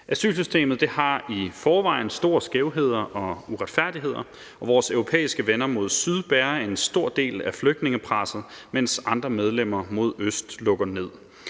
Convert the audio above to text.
Asylsystemet har i forvejen store skævheder og uretfærdigheder i sig, og vores europæiske venner mod syd bærer en stor del af flygtningepresset, mens andre medlemmer mod øst lukker ned.